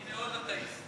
הנה עוד אתאיסט.